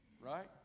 right